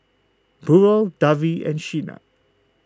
Burrell Davy and Shenna